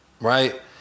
right